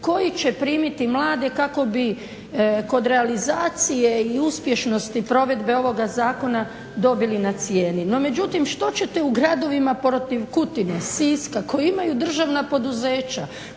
koji će primiti mlade kako bi kod realizacije i uspješnosti provedbe ovoga zakona dobili na cijeni. No međutim, što ćete u gradovima protiv Kutine, Siska koji imaju državna poduzeća